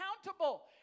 accountable